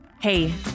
Hey